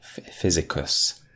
physicus